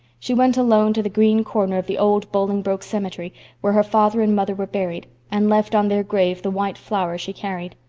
she went alone to the green corner of the old bolingbroke cemetery where her father and mother were buried, and left on their grave the white flowers she carried.